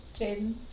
Jaden